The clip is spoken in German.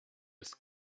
ist